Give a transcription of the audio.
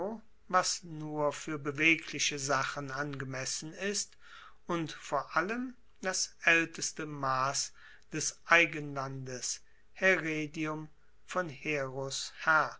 was nur fuer bewegliche sachen angemessen ist und vor allem das aelteste mass des eigenlandes heredium von